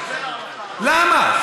למה?